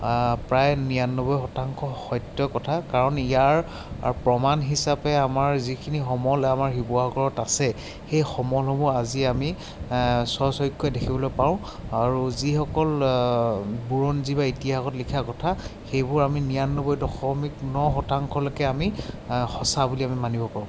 প্ৰায় নিৰান্নব্বৈ শতাংশ সত্য কথা কাৰণ ইয়াৰ প্ৰমাণ হিচাপে আমাৰ যিখিনি সমল আমাৰ শিৱসাগৰত আছে সেই সমলসমূহ আজি আমি স্ব চক্ষুৰে দেখিবলৈ পাৰোঁ আৰু যিসকল বুৰঞ্জী বা ইতিহাসত লিখা কথা সেইবোৰ আমি নিৰান্নব্বৈ দশমিক ন শতাংশলৈকে আমি সঁচা বুলি আমি মানিব পাৰোঁ